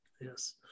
Yes